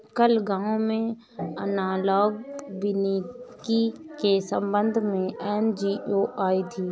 कल गांव में एनालॉग वानिकी के संबंध में एन.जी.ओ आई थी